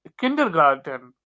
kindergarten